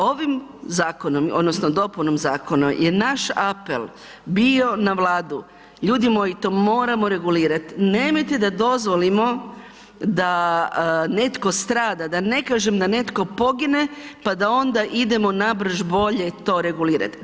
Ovim zakonom odnosno dopunom zakona je naš apel bio na Vladu, ljudi moji to moramo regulirati, nemojte da dozvolimo da netko strada, da ne kažem da netko pogine pa da ona idemo nabrž bolje to regulirati.